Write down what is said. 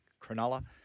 Cronulla